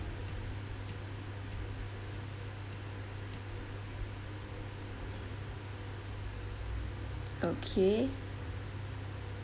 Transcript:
okay